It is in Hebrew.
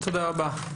תודה רבה.